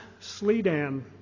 Sledan